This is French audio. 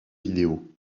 vidéo